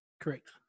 Correct